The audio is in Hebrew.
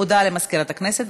הודעה למזכירת הכנסת.